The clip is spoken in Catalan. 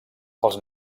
els